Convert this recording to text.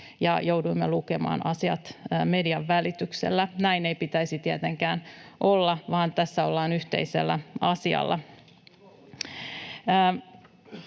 ja jouduimme lukemaan asiat median välityksellä. Näin ei pitäisi tietenkään olla, vaan tässä ollaan yhteisellä asialla.